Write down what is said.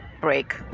break